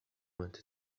وأنت